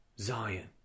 Zion